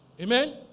Amen